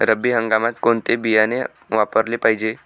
रब्बी हंगामात कोणते बियाणे वापरले पाहिजे?